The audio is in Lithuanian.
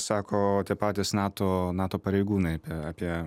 sako tie patys nato nato pareigūnai apie